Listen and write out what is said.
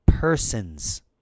persons